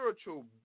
spiritual